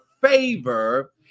favor